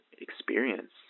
experience